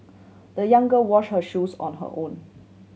the young girl washed her shoes on her own